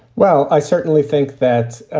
well, i certainly think that